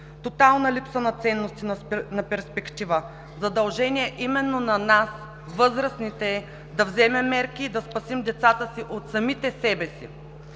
Тотална липса на ценности, на перспектива! Задължение именно на нас възрастните е да вземем мерки и да спасим децата си от самите себе си.